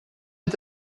est